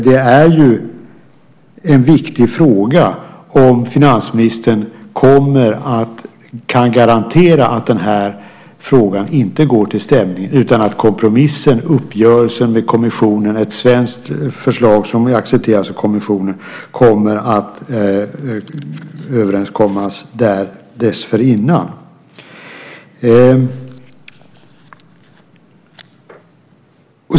Det är en viktig fråga om finansministern kan garantera att frågan inte går till stämning utan att det dessförinnan blir en överenskommelse om en kompromiss, uppgörelse, baserat på ett svenskt förslag med kommissionen.